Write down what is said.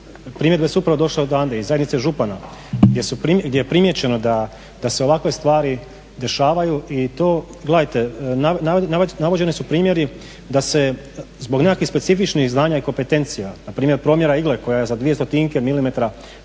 Primjedbe su upravo došle odande, … župana gdje je primjećeno da se ovakve stvari dešavaju i to, gledajte, navođeni su primjeri da se zbog nekakvih specifičnih znanja i kompetencija, npr. promjera igle koja je za dvije stotinke milimetara